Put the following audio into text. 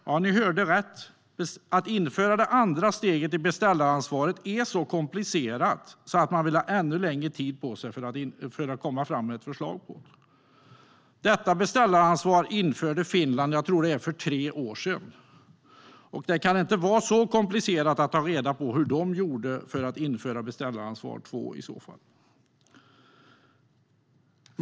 Ja, ni hörde rätt, att införa det andra steget i beställaransvaret är så komplicerat att man vill ha ännu längre tid på sig för att komma fram med ett förslag. Finland införde beställaransvar för tre år sedan, och det kan inte vara så komplicerat att ta reda på hur de gjorde för att införa beställaransvar två.